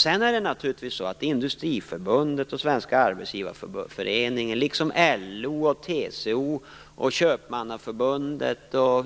Sedan är det naturligtvis så att Industriförbundet och Svenska Arbetsgivareföreningen liksom LO, TCO, Köpmannaförbundet och